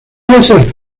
veces